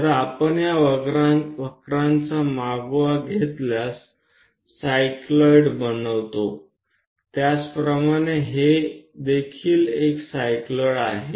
જો આપણે આ વક્રોને અનુસરીએ તો તે સાયક્લોઇડ્સ બનાવે છે તે જ રીતે આ પણ એક સાયક્લોઈડ છે